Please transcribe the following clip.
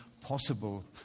possible